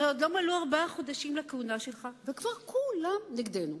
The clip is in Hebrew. הרי עוד לא מלאו ארבעה חודשים לכהונה שלך וכבר כולם נגדנו.